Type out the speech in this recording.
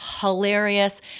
hilarious